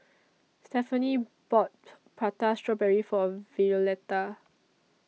Stefani bought Prata Strawberry For Violeta